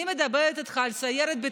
אני מדברת איתך על סיירת ביטחון.